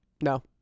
No